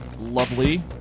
lovely